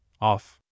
off